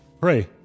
Pray